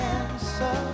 answer